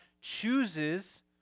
chooses